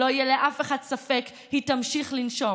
שלא יהיה לאף אחד ספק, היא תמשיך לנשום,